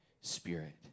Spirit